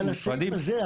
אבל הסט הזה,